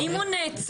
אם הוא נעצר,